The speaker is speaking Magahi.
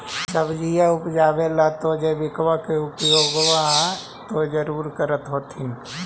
सब्जिया उपजाबे ला तो जैबिकबा के उपयोग्बा तो जरुरे कर होथिं?